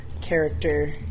character